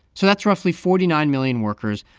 so that's roughly forty nine million workers,